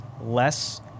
less